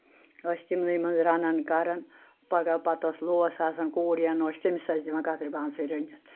ٲسۍ تِمنٕے منٛز رَنَان کَرَان پَگہہ پَتہٕ ٲس لوس آسان کوٗر یَا نوش تٔمِس ٲسۍ دِوان کَترِ بانہٕ سۭتۍ رٔنِتھ